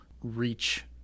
reach